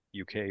UK